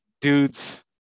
dudes